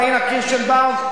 פאינה קירשנבאום,